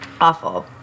Awful